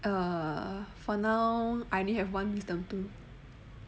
err for now I only have one wisdom tooth